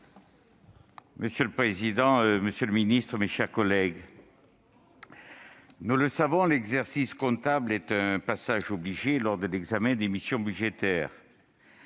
Monsieur le président, monsieur le ministre, mes chers collègues, comme nous le savons, l'exercice comptable est un passage obligé lors de l'examen des missions budgétaires,